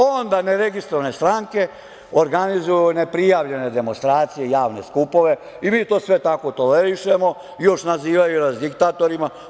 Onda ne registrovane stranke organizuju ne prijavljene demonstracije, javne skupove i mi to sve tako tolerišemo, još nas nazivaju diktatorima.